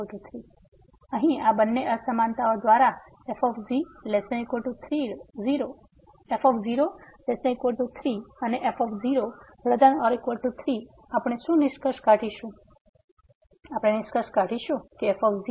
તેથી અહીં આ બંને અસમાનતાઓ દ્વારા f ≤ 3 અને f ≥3 આપણે શું નિષ્કર્ષ કાઢીશું કે f 3 હોવું જોઈએ